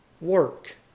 work